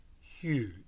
huge